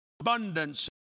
abundance